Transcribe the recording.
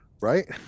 right